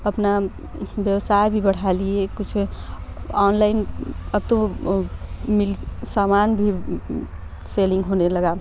अपना व्यवसाय भी बढ़ा लिये कुछ ऑनलाईन अब तो सामान भी सेलिंग होने लगा